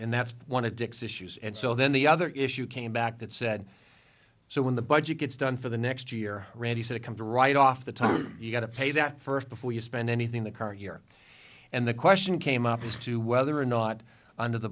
and that's one of dick's issues and so then the other issue came back that said so when the budget gets done for the next year ready set it comes right off the top you've got to pay that first before you spend anything the current year and the question came up as to whether or not under the